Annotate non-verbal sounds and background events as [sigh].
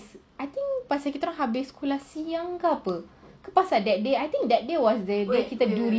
I think sebab kita orang habis sekolah siang ke apa ke pasal that day I think that day was [noise]